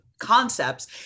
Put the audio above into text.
concepts